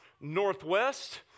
northwest